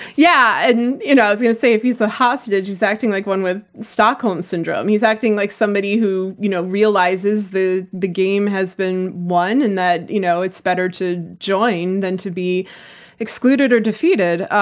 yeah. and you know i was going to say, if he's a hostage, he's acting like one with stockholm syndrome. he's acting like somebody who you know realizes the the game has been won, and that you know it's better to join than to be excluded, or defeated,